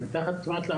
מדובר על מתחת ל-50%,